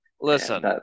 Listen